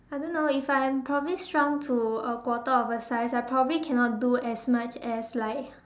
I don't know if I am probably shrunk to a quarter of a size I probably cannot do as much as like